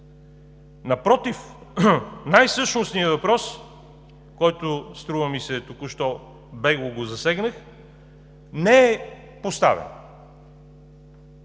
Напротив, най-същностният въпрос, който струва ми се току-що бегло засегнах, не е поставен.